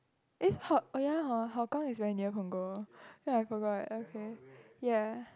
is how oh ya hor Hougang is very near Punggol oh ya I forgot okay ya